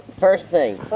first thing.